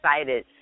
excited